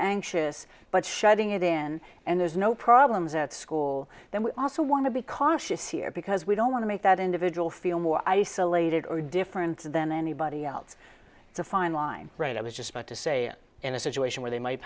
anxious but shutting it in and there's no problems at school then we also want to be cautious here because we don't want to make that individual feel more isolated or different than anybody else to fine line right i was just about to say it in a situation where they might